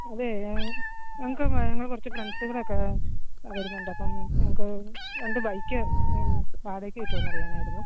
അതെ ഞങ്ങൾക്ക് ഞങ്ങൾ കൊറച്ചു ഫ്രണ്ട്സുകളൊക്കെ വരുന്നുണ്ട് അപ്പം ഞങ്ങൾക്ക് രണ്ട് ബൈക്ക് വാടകയ്ക്ക് കിട്ടുമോ എന്ന് അറിയാനായിരുന്നു